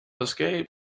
escape